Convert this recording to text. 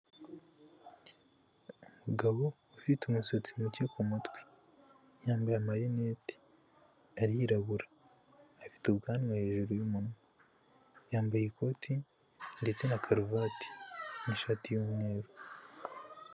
Umugabo ufite umusatsi muke ku mutwe, yambaye marinete arirabura, afite ubwanwa hejuru y'umunwa ,yambaye ikoti ndetse na karuvati n'ishati y'umweru.